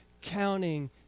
counting